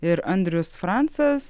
ir andrius francas